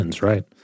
Right